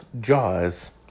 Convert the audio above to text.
Jaws